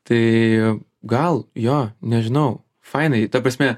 tai gal jo nežinau fainai ta prasme